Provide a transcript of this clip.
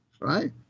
right